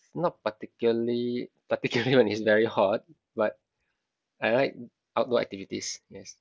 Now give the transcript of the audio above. not particularly particularly when it's very hot but I like outdoor activities yes